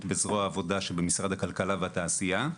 בזרוע העבודה שבמשרד הכלכלה והתעשייה.